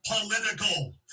political